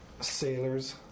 Sailors